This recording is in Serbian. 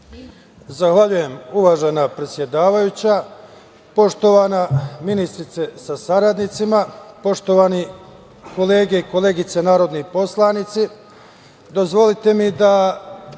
Zahvaljujem uvažena predsedavajuća. Poštovana ministarko sa saradnicima, poštovane kolege i koleginice narodni poslanici,